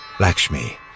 Lakshmi